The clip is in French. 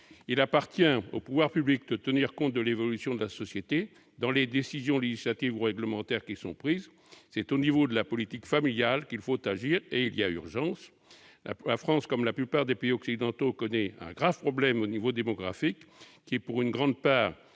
Il appartient aux pouvoirs publics de prendre en compte de l'évolution de la société dans les décisions législatives et réglementaires qui sont prises ; c'est au niveau de la politique familiale qu'il faut agir, et il y a urgence à cela ! La France, comme la plupart des pays occidentaux, connaît un grave problème démographique, lié, dans une large